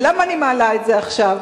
ולמה אני מעלה את זה עכשיו?